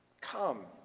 Come